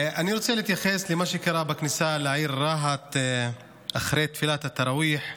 אני רוצה להתייחס למה שקרה בכניסה לעיר רהט אחרי תפילת התראוויח היום.